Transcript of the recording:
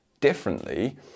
differently